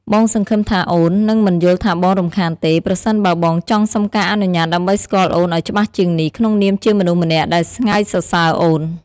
បងសង្ឃឹមថាអូននឹងមិនយល់ថាបងរំខានទេ ប្រសិនបើបងចង់សុំការអនុញ្ញាតដើម្បីស្គាល់អូនឱ្យច្បាស់ជាងនេះ ក្នុងនាមជាមនុស្សម្នាក់ដែលស្ងើចសរសើរអូន។